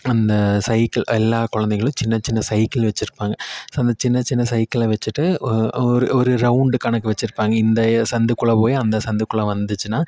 அந்த சைக்கிள் எல்லா குழந்தைகளும் சின்ன சின்ன சைக்கிள் வச்சி இருப்பாங்க அந்த சின்ன சின்ன சைக்குளை வச்சிவிட்டு ஒரு ஒரு ரவுண்டு கணக்கு வச்சி இருப்பாங்க இந்த சந்துக்குள்ளே போய் அந்த சந்துக்குள்ளே வந்துச்சுன்னா